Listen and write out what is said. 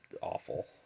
awful